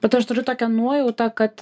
bet aš turiu tokią nuojautą kad